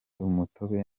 umutobe